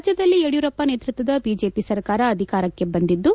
ರಾಜ್ಞದಲ್ಲಿ ಯಡಿಯೂರಪ್ಪ ನೇತೃತ್ವದ ಬಿಜೆಪಿ ಸರ್ಕಾರ ಅಧಿಕಾರಕ್ಕೆ ಬಂದಿದ್ದು